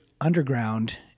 underground